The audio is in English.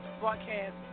broadcast